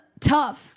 tough